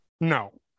No